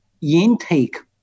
intake